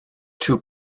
two